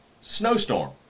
snowstorm